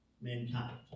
mankind